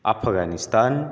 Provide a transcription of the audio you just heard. Afghanistan